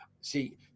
See